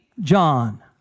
John